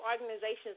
organizations